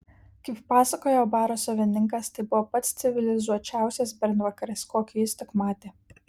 kaip pasakojo baro savininkas tai buvo pats civilizuočiausias bernvakaris kokį jis tik matė